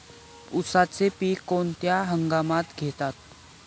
उसाचे पीक कोणत्या हंगामात घेतात?